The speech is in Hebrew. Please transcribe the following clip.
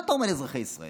מה אתה אומר לאזרחי ישראל?